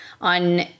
on